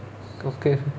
okay